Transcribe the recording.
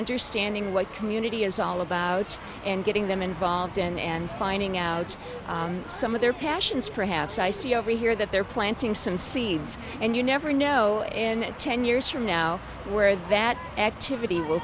understanding what community is all about and getting them involved in and finding out some of their passions perhaps i see over here that they're planting some seeds and you never know in ten years from now where that activity will